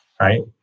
right